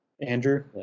Andrew